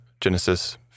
Genesis